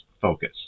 focus